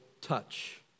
touch